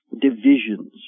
divisions